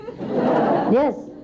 Yes